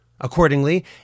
Accordingly